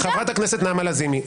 חברת הכנסת נעמה לזימי,